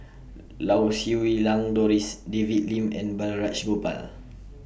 Lau Siew Lang Doris David Lim and Balraj Gopal